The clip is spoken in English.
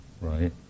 right